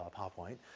powerpoint.